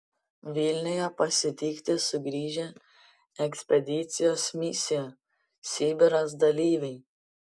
vilniuje pasitikti sugrįžę ekspedicijos misija sibiras dalyviai